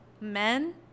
men